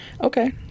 Okay